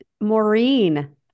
Maureen